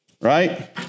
right